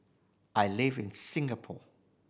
I live in Singapore